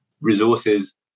resources